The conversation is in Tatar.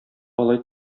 алай